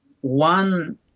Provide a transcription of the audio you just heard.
one